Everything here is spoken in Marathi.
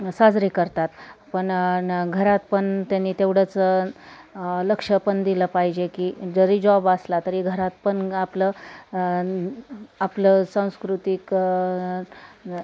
साजरे करतात पण न घरात पण त्यांनी तेवढंच लक्ष पण दिलं पाहिजे की जरी जॉब असला तरी घरात पण आपलं आपलं संस्कृतिक